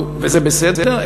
וזה בסדר,